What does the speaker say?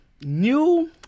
New